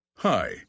Hi